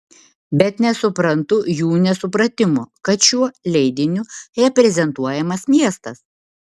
bet nesuprantu jų nesupratimo kad šiuo leidiniu reprezentuojamas miestas